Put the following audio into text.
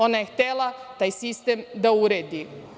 Ona je htela taj sistem da uredi.